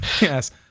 yes